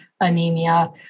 anemia